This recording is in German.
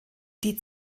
die